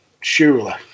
surely